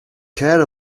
care